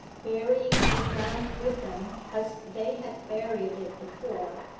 burying the ground with them as they had buried it before.